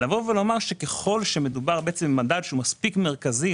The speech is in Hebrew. לומר שככל שמדובר במדד שהוא מספיק מרכזי,